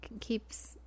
keeps